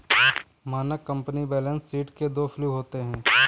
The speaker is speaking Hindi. मानक कंपनी बैलेंस शीट के दो फ्लू होते हैं